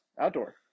Outdoor